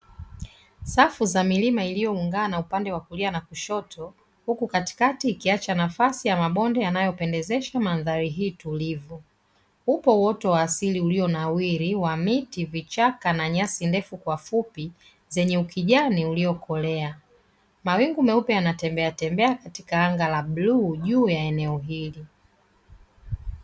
Safu za milima iliyoungana na upande wa kulia na kushoto huku katikati ikiacha nafasi ya mabonde yanayopendezesha mandhari hii tulivyo uoto wa asili ulio nawiri wa miti vichaka na nyasi ndefu kwa fupi zenye kijani uliokolea mawingu meupe yanatembea tembea katika anga la bluu juu ya eneo hili.